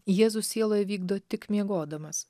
jėzus sieloje vykdo tik miegodamas